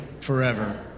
forever